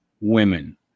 women